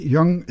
Young